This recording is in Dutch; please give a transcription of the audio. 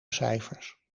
cijfers